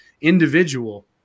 individual